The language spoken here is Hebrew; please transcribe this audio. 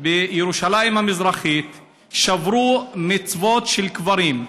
בירושלים המזרחית ושברו מצבות של קברים.